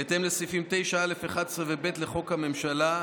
בהתאם לסעיפים 9(א)(11) ו-(ב) לחוק הממשלה,